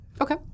Okay